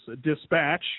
Dispatch